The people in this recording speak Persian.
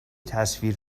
تصویر